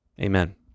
Amen